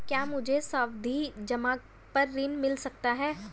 क्या मुझे सावधि जमा पर ऋण मिल सकता है?